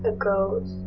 ghost.